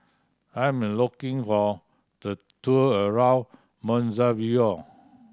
I am looking for the tour around Mozambique